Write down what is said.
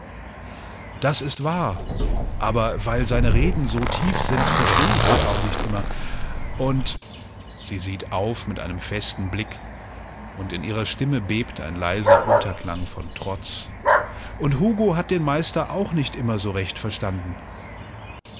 das ist wahr aber weil seine reden so tief sind versteh ich sie auch nicht immer und sie sieht auf mit einem festen blick und in ihrer stimme bebt ein leiser unterklang von trotz und hugo hat den meister auch nicht immer so recht verstanden